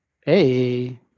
Hey